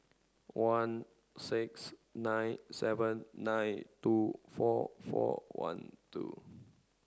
one six nine seven nine two four four one two